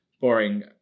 boring